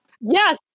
yes